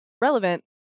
relevant